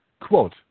Quote